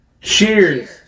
Cheers